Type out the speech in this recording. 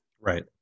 Right